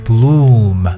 Bloom